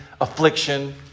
affliction